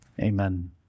Amen